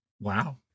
Wow